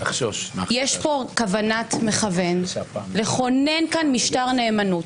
יש פה כוונת מכוון לכונן כאן משטר נאמנות.